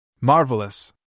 Marvelous